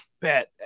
bet